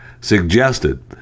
suggested